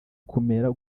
kumera